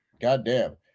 goddamn